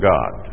God